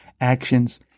actions